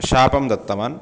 शापं दत्तवान्